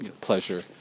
pleasure